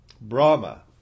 Brahma